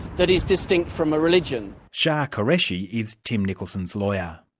that is distinct from a religion. shah qureshi is tim nicholson's lawyer.